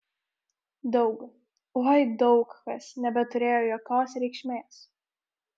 daug oi daug kas nebeturėjo jokios reikšmės